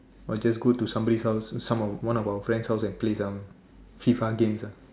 or just go to somebody's house some of our one of our friend's house and play some F_I_F_A games ah